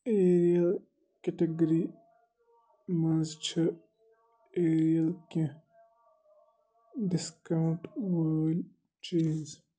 areal category مَنٛز چھِ Ariel کیٚنٛہہ ڈِسکاوُنٛٹ وٲلۍ چیٖز